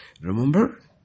Remember